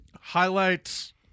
highlights